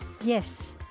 Yes